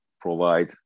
provide